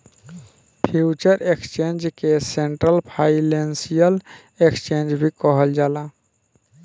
future exchange के central financial exchange भी कहल जाला